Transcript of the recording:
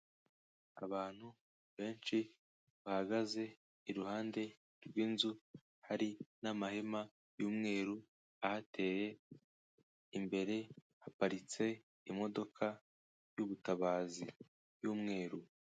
Abantu benshi bahagaze iruhande rw'inzu, hari n'amahema y'umweru ahateye, imbere haparitse imodoka y'ubutabazi y'umweru.